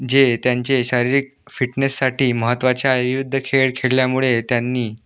जे त्यांचे शारीरिक फिटनेससाठी महत्त्वाचे आहे विविध खेळ खेळल्यामुळे त्यांनी